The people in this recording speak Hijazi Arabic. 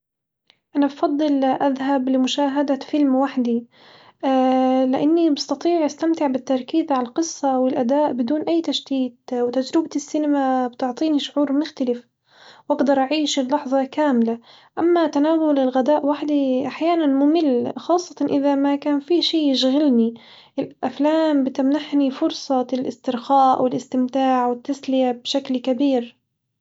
أنا بفضل أذهب لمشاهدة فيلم وحدي لإني بستطيع أستمتع بالتركيزعلى القصة والآداء بدون أي تشتيت، وتجربة السينما بتعطيني شعور مختلف بجدر أعيش اللحظة كاملة، أما تناول الغذاء وحدي أحيانًا ممل خاصة إذا ما كان في شي يشغلني الأفلام بتمنحني فرصة الاسترخاء والاستمتاع والتسلية بشكل كبير.